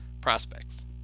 prospects